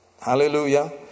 Hallelujah